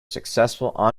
successful